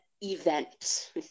event